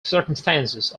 circumstances